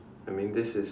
I mean this is